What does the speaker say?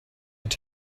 your